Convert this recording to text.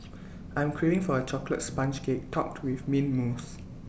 I am craving for A Chocolate Sponge Cake Topped with Mint Mousse